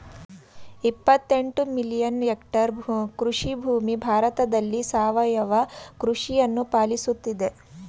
ಇಪ್ಪತ್ತೆಂಟು million hectare ಕೃಷಿಭೂಮಿ ಭಾರತದಲ್ಲಿ ಸಾವಯವ ಕೃಷಿಯನ್ನು ಪಾಲಿಸುತ್ತಿದೆ